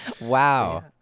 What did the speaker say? wow